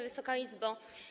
Wysoka Izbo!